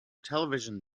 television